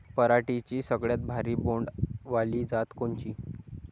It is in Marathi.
पराटीची सगळ्यात भारी बोंड वाली जात कोनची?